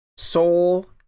Soul